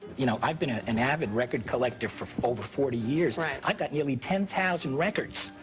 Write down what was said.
you know, i've been ah an avid record collector for over forty years. right. i've got nearly ten thousand records.